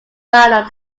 final